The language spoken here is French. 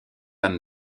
anne